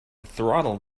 throttle